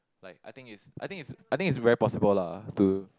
like I think is I think is I think is very possible lah to